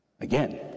again